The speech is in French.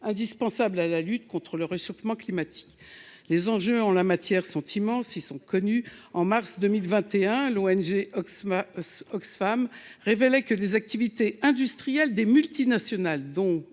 indispensables à la lutte contre le réchauffement climatique, les enjeux en la matière, sentiment s'sont connus en mars 2021, l'ONG Oxfam Oxfam révélait que les activités industrielles des multinationales